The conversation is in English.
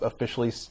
officially